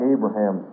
Abraham